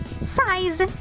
size